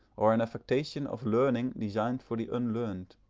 or an affectation of learning designed for the unlearned.